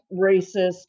racist